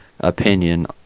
opinion